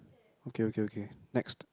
okay okay okay next